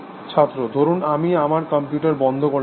ছাত্র ধরুন আমি আমার কম্পিউটার বন্ধ করে দিলাম